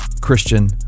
Christian